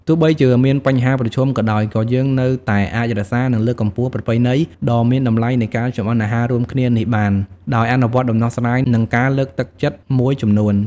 ទោះបីជាមានបញ្ហាប្រឈមក៏ដោយ ក៏យើងនៅតែអាចរក្សា និងលើកកម្ពស់ប្រពៃណីដ៏មានតម្លៃនៃការចម្អិនអាហាររួមគ្នានេះបាន ដោយអនុវត្តដំណោះស្រាយ និងការលើកទឹកចិត្តមួយចំនួន ។